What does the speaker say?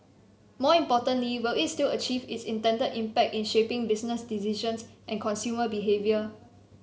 more importantly will it still achieve its intended impact in shaping business decisions and consumer behaviour